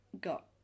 got